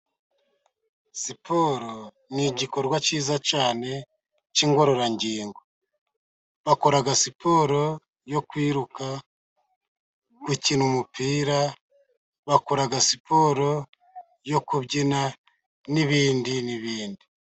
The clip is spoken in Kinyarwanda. Siporo ni igikorwa cyiza cyane, k'ingororangingo. Bakora siporo yo kwiruka, gukina umupira, bakora siporo yo kubyina, n'ibindi n'ibindi.